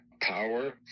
power